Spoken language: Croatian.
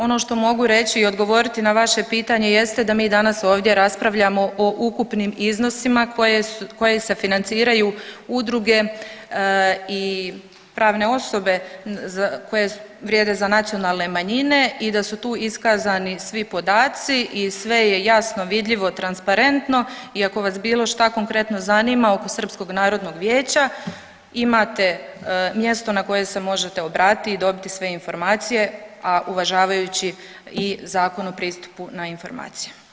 Ono što mogu reći i odgovoriti na vaše pitanje jeste da mi danas ovdje raspravljamo o ukupnim iznosima koje su, koje se financiraju udruge i pravne osobe koje vrijede za nacionalne manjine i da su tu iskazani svi podaci i sve je jasno vidljivo, transparentno i ako vas bilo šta konkretno zanima oko Srpskog narodnog vijeća imate mjesto na koje se možete obratiti i dobiti sve informacije, a uvažavajući i Zakon o pristupu na informacije.